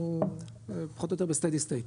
אנחנו פחות או יותר בסטדי סטיט,